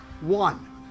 one